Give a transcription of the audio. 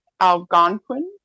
Algonquin